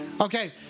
Okay